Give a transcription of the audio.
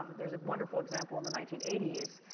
there's a wonderful example in the nineteen eighty s.